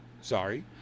Sorry